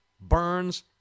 Burns